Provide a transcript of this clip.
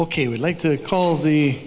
ok would like to call the